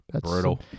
Brutal